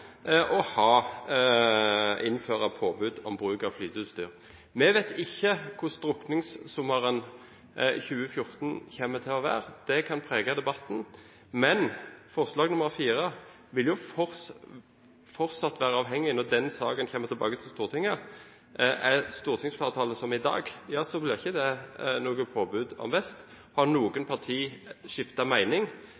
å innføre påbud om bruk av flyteutstyr. Vi vet ikke hvordan drukningssommeren 2014 kommer til å være – det kan prege debatten. Men forslag nr. 4 vil fortsatt være avhengig av flertallet når den saken kommer tilbake til Stortinget. Er stortingsflertallet som i dag, blir det ikke noe påbud om vest. Har noen